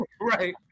Right